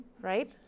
right